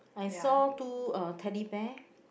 I saw two uh Teddy Bear